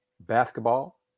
basketball